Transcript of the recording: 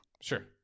sure